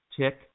Tick